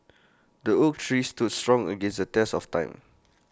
the oak tree stood strong against the test of time